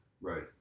Right